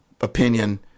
opinion